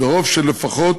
ברוב של לפחות